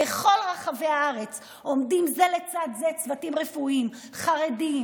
בכל רחבי הארץ עומדים זה לצד זה צוותים רפואיים חרדים,